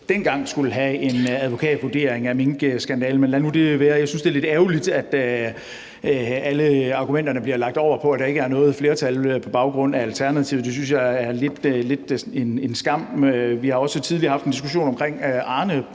dengang skulle have en advokatvurdering af minkskandalen, men lad nu det være. Jeg synes, det er lidt ærgerligt, at alle argumenterne bliver lagt over på, at der ikke er noget flertal på grund af Alternativet. Det synes jeg lidt er en skam. Vi har også tidligere haft en diskussion omkring